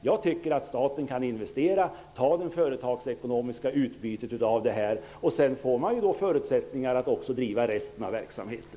Jag tycker att staten kan investera och få det företagsekonomiska utbytet. Sedan får man förutsättningar att också driva resten av verksamheten.